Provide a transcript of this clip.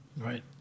Right